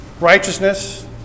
righteousness